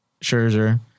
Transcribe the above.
Scherzer